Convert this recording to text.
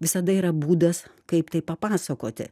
visada yra būdas kaip tai papasakoti